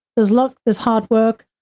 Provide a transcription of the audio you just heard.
there's luck, there's hard work,